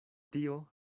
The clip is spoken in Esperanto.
tio